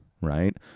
right